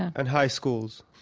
and high schools.